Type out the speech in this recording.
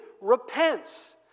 repents